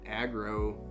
aggro